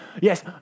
yes